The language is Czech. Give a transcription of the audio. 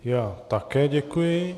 Já také děkuji.